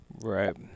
Right